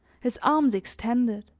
his arms extended,